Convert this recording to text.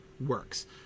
works